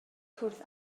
cwrdd